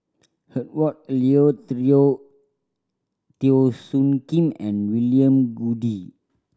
Herbert Eleuterio Teo Soon Kim and William Goode